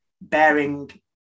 bearing